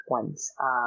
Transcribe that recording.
ones